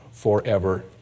Forever